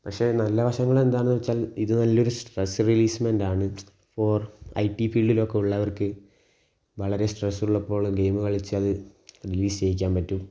പക്ഷെ നല്ല വശങ്ങൾ എന്താന്ന് വച്ചാൽ ഇത് വലിയൊരു സ്ട്രെസ് റീലീസ്മെന്റാണ് ഇപ്പോൾ ഐ ടി ഫീൽഡിലൊക്കെയുള്ളവർക്ക് വളരെ സ്ട്രെസ്സ്കളൊക്കെയുള്ള ഗെയിമ് കളിച്ചാൽ റിലീസ് ചെയ്യിക്കാൻ പറ്റും